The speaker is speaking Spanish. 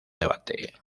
debate